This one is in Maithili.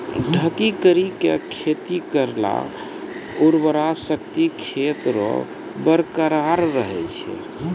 ढकी करी के खेती करला उर्वरा शक्ति खेत रो बरकरार रहे छै